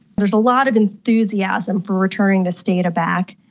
there's a lot of enthusiasm for returning this data back,